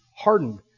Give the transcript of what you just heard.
hardened